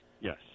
yes